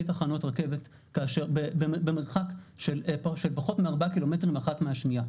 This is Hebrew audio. תחנות רכבת כאשר במרחק של פחות מארבעה קילומטרים אחת מהשנייה.